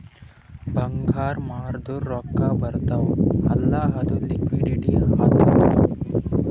ಬಂಗಾರ್ ಮಾರ್ದುರ್ ರೊಕ್ಕಾ ಬರ್ತಾವ್ ಅಲ್ಲ ಅದು ಲಿಕ್ವಿಡಿಟಿ ಆತ್ತುದ್